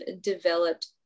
developed